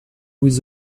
with